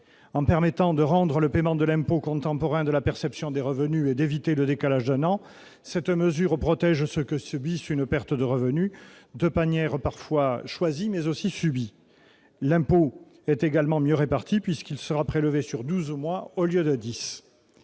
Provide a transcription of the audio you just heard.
En rendant le paiement de l'impôt contemporain de la perception des revenus et en évitant le décalage d'un an, cette mesure protège ceux qui subissent une perte de revenus de manière parfois choisie, mais parfois subie. Le paiement est également mieux réparti, puisque l'impôt sera prélevé sur douze mois au lieu de dix.